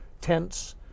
tents